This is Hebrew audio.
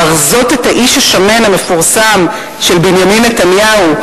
להרזות את האיש השמן המפורסם של בנימין נתניהו.